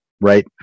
right